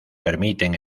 permiten